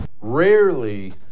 Rarely